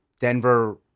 Denver